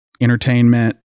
entertainment